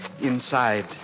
Inside